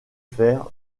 fer